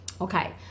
Okay